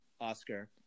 Oscar